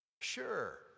Sure